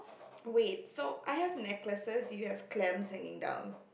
wait so I have necklaces you have clams hanging down